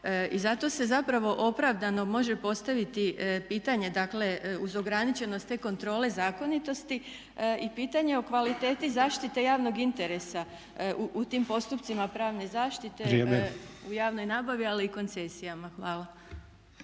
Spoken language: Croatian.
I zato se zapravo opravdano može postaviti pitanje, dakle uz ograničenost te kontrole zakonitosti i pitanje o kvaliteti zaštite javnog interesa u tim postupcima pravne zaštite … …/Upadica Sanader: Vrijeme./… … u javnoj nabavi, ali i koncesijama. Hvala.